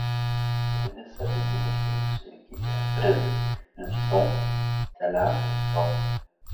per visą vidinės sienos ilgį ėjo frizas iliustruojantis telefo istoriją